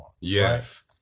Yes